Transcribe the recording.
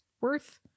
worth